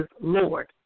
Lord